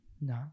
no